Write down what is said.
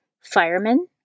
firemen